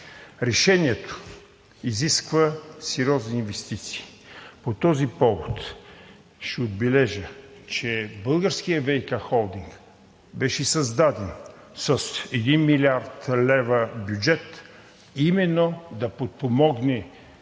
Решението изисква сериозни инвестиции. По този повод ще отбележа, че Българският ВиК холдинг беше създаден с 1 млрд. лв. бюджет именно, за да подпомогне